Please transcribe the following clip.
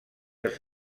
els